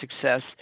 success